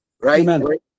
right